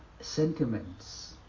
sentiments